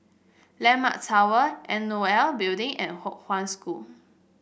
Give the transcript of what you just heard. landmark Tower N O L Building and Kong Hwa School